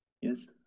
Yes